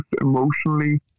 emotionally